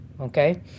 okay